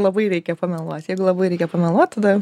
labai reikia pameluot jeigu labai reikia pameluot tada